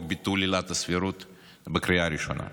לביטול עילת הסבירות בקריאה ראשונה.